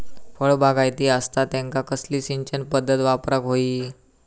फळबागायती असता त्यांका कसली सिंचन पदधत वापराक होई?